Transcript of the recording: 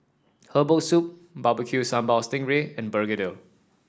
Herbal Soup Barbecue Sambal Sting Ray and begedil